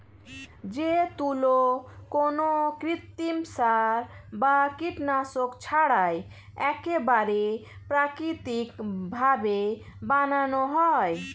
যে তুলো কোনো কৃত্রিম সার বা কীটনাশক ছাড়াই একেবারে প্রাকৃতিক ভাবে বানানো হয়